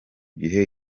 gihe